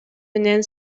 менен